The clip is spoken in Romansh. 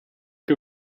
che